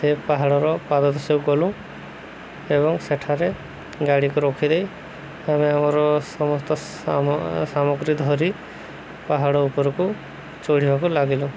ସେ ପାହାଡ଼ର ପାଦ ଦେଶକୁ ଗଲୁ ଏବଂ ସେଠାରେ ଗାଡ଼ିକୁ ରଖିଦେଇ ଆମେ ଆମର ସମସ୍ତ ସାମଗ୍ରୀ ଧରି ପାହାଡ଼ ଉପରକୁ ଚଢ଼ିବାକୁ ଲାଗିଲୁ